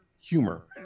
humor